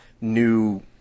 new